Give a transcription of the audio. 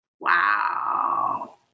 wow